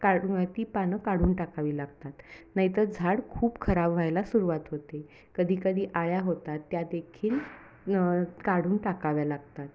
काढून ती पानं काढून टाकावी लागतात नाहीतर झाड खूप खराब व्हायला सुरुवात होते कधीकधी अळ्या होतात त्यादेखील काढून टाकाव्या लागतात